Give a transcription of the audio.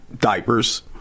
diapers